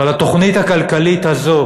אבל התוכנית הכלכלית הזו